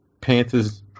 Panthers